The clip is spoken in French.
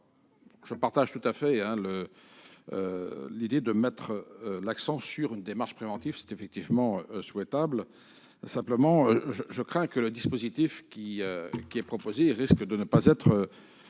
je partage tout à fait l'idée de mettre l'accent sur une démarche préventive, qui est effectivement souhaitable. Simplement, le dispositif proposé risque de ne pas être